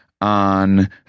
on